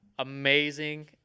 amazing